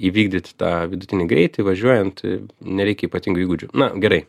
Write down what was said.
įvykdyt tą vidutinį greitį važiuojant nereikia ypatingų įgūdžių na gerai